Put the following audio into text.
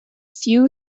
few